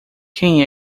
quem